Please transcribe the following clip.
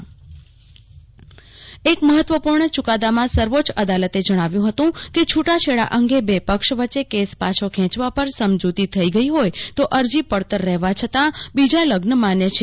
જયદીપ વૈશ્નવ સર્વોચ્ચ અદાલત એક મહત્વપૂર્ણ ચુકાદામાં સર્વોચ્ચ અદાલતે જણાવ્યું હતું કે છૂટાછેડા અંગે બે પક્ષો વચ્ચે કેસ પાછો ખેંચવા પર સમજૂતી થઈ ગઈ હોય તો અરજી પડતર રહેવા છતાં બીજા લગ્ન માન્ય છે